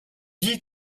dit